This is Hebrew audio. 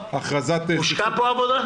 הושקעה פה עבודה?